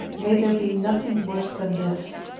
may there be nothing worse than this!